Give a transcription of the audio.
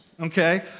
okay